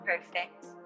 perfect